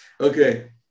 Okay